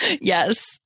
Yes